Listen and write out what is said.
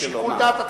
זה שיקול דעת.